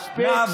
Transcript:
מספיק.